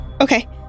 Okay